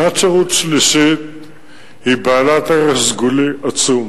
שנת שירות שלישית היא בעלת ערך סגולי עצום,